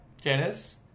Janice